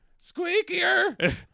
Squeakier